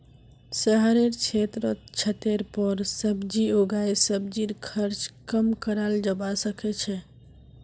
शहरेर क्षेत्रत छतेर पर सब्जी उगई सब्जीर खर्च कम कराल जबा सके छै